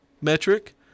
metric